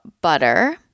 butter